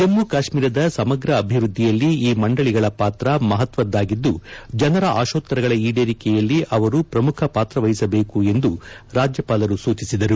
ಜಮ್ಮು ಕಾಶ್ಮೀರದ ಸಮಗ್ರ ಅಭಿವ್ವದ್ದಿಯಲ್ಲಿ ಈ ಮಂದಳಿಗಳ ಪಾತ್ರ ಮಹತ್ವದ್ದಾಗಿದ್ದು ಜನರ ಆಶೋತ್ತರಗಳ ಈಡೇರಿಕೆಯಲ್ಲಿ ಅವರು ಪ್ರಮುಖ ಪಾತ್ರವಹಿಸಬೇಕು ಎಂದು ಸೂಚಿಸಿದರು